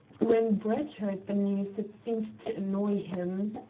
when brett heard the news it seemed to annoy him.